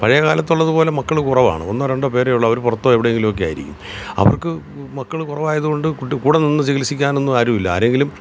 പഴയ കാലത്തുള്ളത് പോലെ മക്കൾ കുറവാണ് ഒന്നോ രണ്ടോ പേരേ ഉള്ളൂ അവർ പുറത്തോ എവിടെയെങ്കിലും ഒക്കെ ആയിരിക്കും അവർക്ക് മക്കൾ കുറവായതുകൊണ്ട് കൂടെ നിന്ന് ചികിത്സിക്കാനൊന്നും ആരും ഇല്ല ആരെയെങ്കിലും